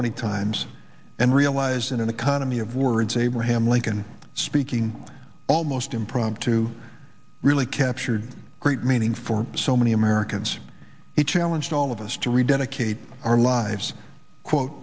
many times and realize in an economy of words abraham lincoln speaking almost impromptu really captured a great meaning for so many americans he challenged all of us to rededicate our lives quote